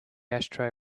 ashtray